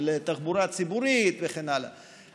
לתחבורה ציבורית וכן הלאה,